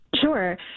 Sure